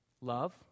Love